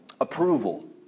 Approval